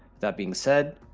that being said,